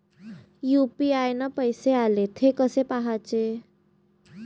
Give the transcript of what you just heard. UPI न पैसे आले, थे कसे पाहाचे?